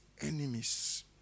enemies